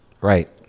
Right